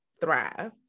thrive